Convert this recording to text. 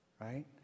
Right